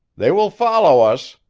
they will follow us,